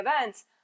events